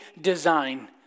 design